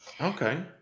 Okay